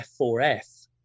F4F